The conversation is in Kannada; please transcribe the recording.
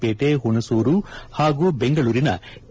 ಪೇಟೆ ಹುಣಸೂರು ಹಾಗೂ ಬೆಂಗಳೂರಿನ ಕೆ